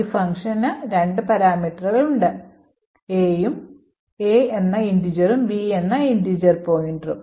ഈ ഫംഗ്ഷന് രണ്ട് parameters ഉണ്ട് a എന്ന integerഉം b എന്ന integer pointerഉം